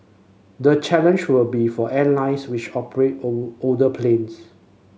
the challenge will be for airlines which operate old older planes